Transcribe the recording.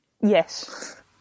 yes